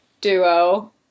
duo